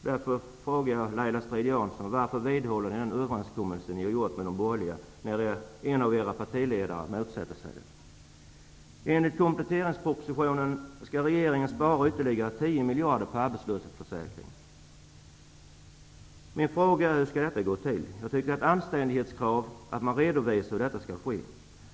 Därför frågar jag Laila Strid Jansson: Varför vidhåller ni då den överenskommelse ni gjort med de borgerliga, när även en av era partiledare motsätter sig den? Jag tycker det är ett anständighetskrav att ni redovisar hur detta skall ske.